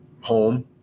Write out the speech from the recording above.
home